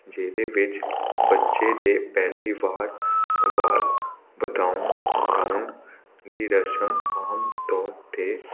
ਜਿਹਦੇ ਵਿੱਚ ਬੱਚੇ ਦੇ ਪਹਿਲੀ ਵਾਰ ਵਾਲ ਵਧਾਉਣ ਵਧਾਉਣ ਦੀ ਰਸਮ ਆਮ ਤੌਰ 'ਤੇ